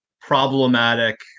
problematic